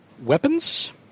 weapons